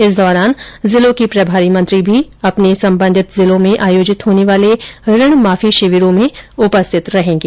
इस दौरान जिलों के प्रभारी मंत्री भी अपने संबंधित जिलों में आयोजित होने वाले ऋण माफी शिविरो में उपस्थित रहेंगे